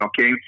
okay